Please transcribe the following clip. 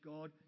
God